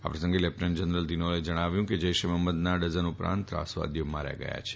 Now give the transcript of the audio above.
આ પ્રસંગે lieutenant general ઘિલોને જણાવ્યું કે જૈશે મફંમદના ડઝન ઉપરાંત ત્રાસવાદીઓ માર્યા ગયા છે